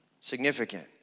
Significant